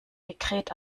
dekret